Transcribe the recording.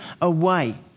away